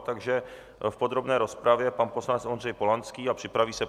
Takže v podrobné rozpravě pan poslanec Ondřej Polanský a připraví se...